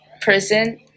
person